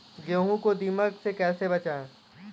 गेहूँ को दीमक से कैसे बचाएँ?